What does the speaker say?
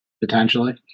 Potentially